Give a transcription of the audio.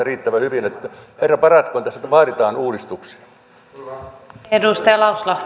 riittävän hyvin niin että herra paratkoon tässä vaaditaan uudistuksia